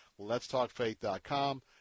letstalkfaith.com